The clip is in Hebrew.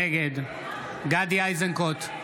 נגד גדי איזנקוט,